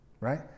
Right